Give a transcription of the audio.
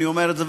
אני אומר את זה,